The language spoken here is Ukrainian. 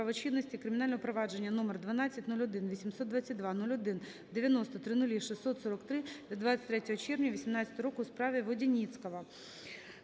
кримінального провадження № 12018220190000643 від 23 червня 2018 року у справі Водяницького